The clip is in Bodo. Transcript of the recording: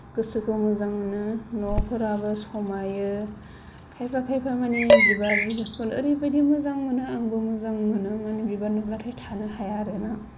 गोसोखौ मोजां मोनो न'फोराबो समायो खायफा खायफा माने बिबारखौनो ओरैबायदि मोजां मोनो आंबो मोजां मोनो माने बिबार नुबाथाय थानो हाया आरोना